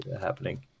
happening